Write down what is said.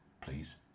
please